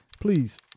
Please